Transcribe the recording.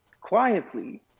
quietly